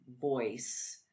voice